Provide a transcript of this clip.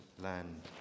land